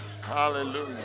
hallelujah